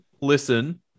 listen